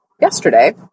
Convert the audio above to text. yesterday